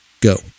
Go